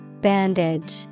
bandage